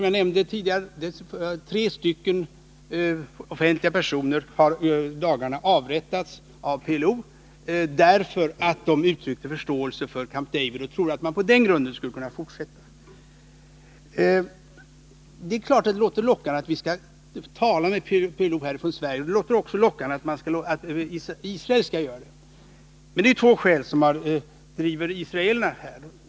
Jag nämnde tidigare att tre offentliga personer i dagarna avrättats av PLO därför att de uttryckt förståelse för Camp David-överenskommelsen och trott att man på den grunden skulle kunna fortsätta. Det är klart att det låter lockande när man säger att vi från svensk sida skall tala med PLO, och det låter också lockande att Israel skall göra det. Men det är två skäl som driver israelerna.